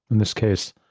in this case,